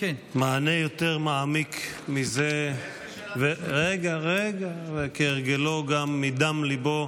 מענה יותר מעמיק מזה, וכהרגלו גם מדם ליבו,